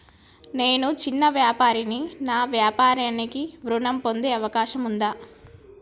నేను చిన్న వ్యాపారిని నా వ్యాపారానికి ఋణం పొందే అవకాశం ఉందా?